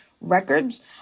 records